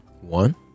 one